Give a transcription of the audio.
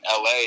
LA